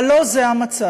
אבל לא זה המצב.